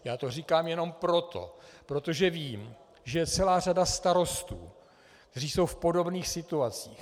Já to říkám jenom proto, protože vím, že je celá řada starostů, kteří jsou v podobných situacích.